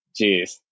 Jeez